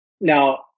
now